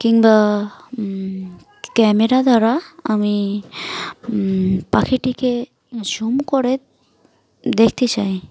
কিংবা ক্যামেরা দ্বারা আমি পাখিটিকে জুম করে দেখতে চাই